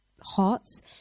hearts